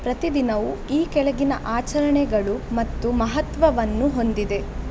ಪ್ರತಿ ದಿನವು ಈ ಕೆಳಗಿನ ಆಚರಣೆಗಳು ಮತ್ತು ಮಹತ್ವವನ್ನು ಹೊಂದಿದೆ